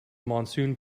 monsoon